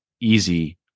easy